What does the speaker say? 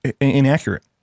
inaccurate